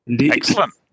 Excellent